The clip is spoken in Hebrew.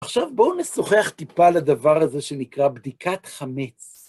עכשיו בואו נשוחח טיפה על הדבר הזה שנקרא בדיקת חמץ.